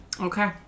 Okay